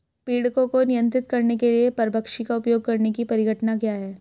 पीड़कों को नियंत्रित करने के लिए परभक्षी का उपयोग करने की परिघटना क्या है?